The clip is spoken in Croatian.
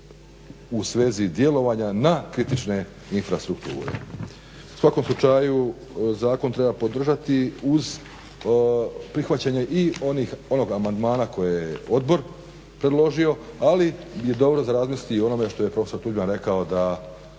u svezi djelovanja na kritične infrastrukture. U svakom slučaju zakon treba podržati uz prihvaćanje i onoga amandmana koje je odbor predložio ali je dobro za razmisliti o onome što je profesor Tuđman rekao da